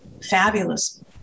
Fabulous